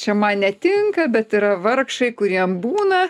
čia man netinka bet yra vargšai kuriem būna